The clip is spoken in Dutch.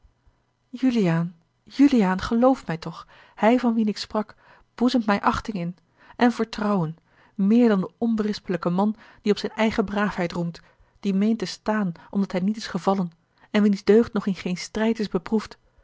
juliaan juliaan geloof mij toch hij van wien ik sprak boezemt mij achting in en vertrouwen meer dan de onberispelijke man die op zijne eigene braafheid roemt die meent te staan omdat hij niet is gevallen en wiens deugd nog in geen strijd is beproefd